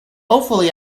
hopefully